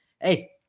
hey